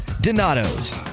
donato's